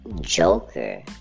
Joker